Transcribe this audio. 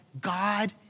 God